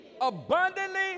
abundantly